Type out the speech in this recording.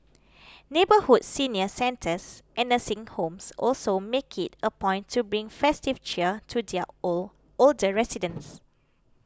neighbourhood senior centres and nursing homes also make it a point to bring festive cheer to their old older residents